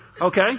Okay